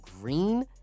Green